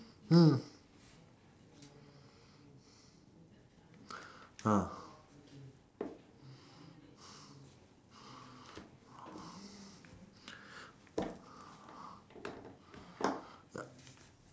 mm ah